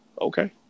okay